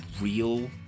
real